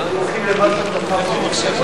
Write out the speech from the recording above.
הולכים למשהו רחב.